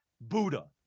Buddha